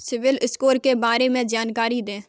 CIBIL score के बारे में जानकारी दें?